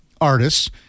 artists